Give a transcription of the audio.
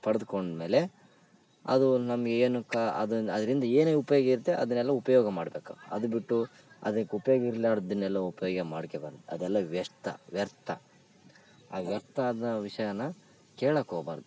ಪಡದ್ಕೊಂಡು ಮೇಲೆ ಅದು ನಮಗೆ ಏನುಕ ಅದನ್ನ ಅದರಿಂದ ಏನೇ ಉಪ್ಯೋಗ ಇರತ್ತೆ ಅದನ್ನೆಲ್ಲ ಉಪಯೋಗ ಮಾಡಬೇಕು ಅದು ಬಿಟ್ಟು ಅದಕ್ಕೆ ಉಪ್ಯೋಗ ಇರಲಾರ್ದ್ದನ್ನೆಲ್ಲ ಉಪಯೋಗ ಮಾಡ್ಕೋಬಾರ್ದು ಅದೆಲ್ಲ ವ್ಯರ್ಥ ವ್ಯರ್ಥ ಆ ವ್ಯರ್ಥವಾದ ವಿಷಯನ ಕೇಳಕ್ಕೆ ಹೋಗ್ಬಾರ್ದು